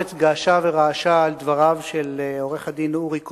הארץ געשה ורעשה על דבריו של העורך-דין אורי קורב,